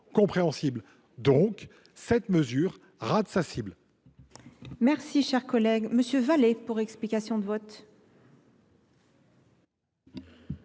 somme, cette mesure rate sa cible